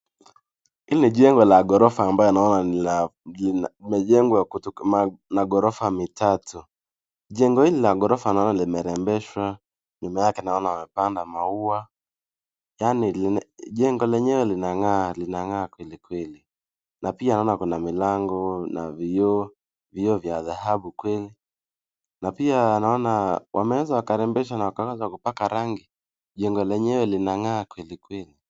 Hii ni jengo la ghorofa ambalo naona limejengwa na ghorofa mitatu. Jengo hili la ghorofa naona limerembeshwa nyuma yake naona wamepanda maua yani jengo lenyewe linang'aa kweli kweli na pia naona kuna milango na vioo, vioo vya dhahabu kweli na pia naona wameweza wakarembesha na wakaweza kupaka rangi jumba lenyewe linang'aa.